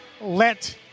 let